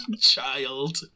child